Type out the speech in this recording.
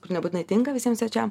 kur nebūtinai tinka visiem svečiam